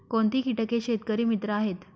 कोणती किटके शेतकरी मित्र आहेत?